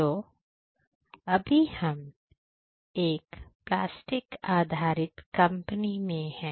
तो अभी हम एक प्लास्टिक आधारित कंपनी में है